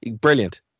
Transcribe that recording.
Brilliant